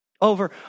Over